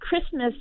Christmas